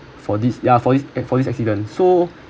for this ya for this for this accidents so